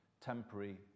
temporary